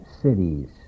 cities